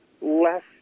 less